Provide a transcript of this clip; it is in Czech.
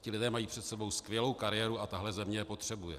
Ti lidé mají před sebou skvělou kariéru a tahle země je potřebuje.